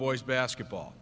boys basketball